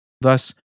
Thus